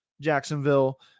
Jacksonville